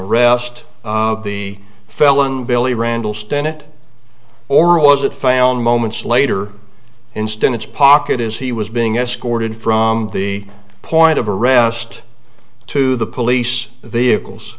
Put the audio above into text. a rest of the felon billy randall stennett or was it found moments later instead it's pocket as he was being escorted from the point of arrest to the police vehicles